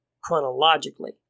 chronologically